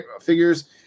figures